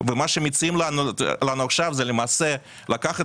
ומה שמציעים לנו עכשיו זה למעשה לקחת